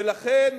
ולכן